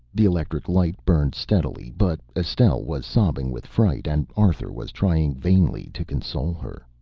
the electric light burned steadily, but estelle was sobbing with fright and arthur was trying vainly to console her.